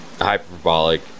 hyperbolic